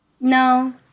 No